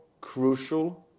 crucial